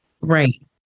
Right